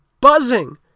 buzzing